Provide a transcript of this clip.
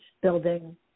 building